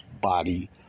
Body